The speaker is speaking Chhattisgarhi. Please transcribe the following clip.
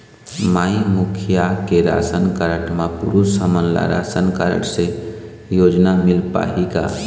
माई मुखिया के राशन कारड म पुरुष हमन ला राशन कारड से योजना मिल पाही का?